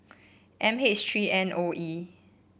M H three N O E